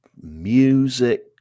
music